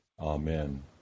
Amen